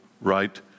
right